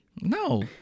No